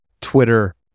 Twitter